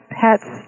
pets